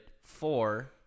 four